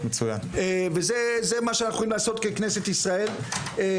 וזה מה שאנחנו יכולים לעשות ככנסת ישראל.